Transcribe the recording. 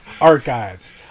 archives